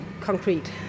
concrete